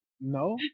no